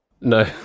No